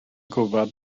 gwybod